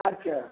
अच्छा